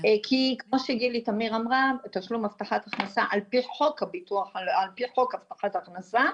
כי כמו שגילי תמיר אמרה תשלום הבטחת הכנסה על פי חוק הבטחת הכנסה,